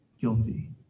guilty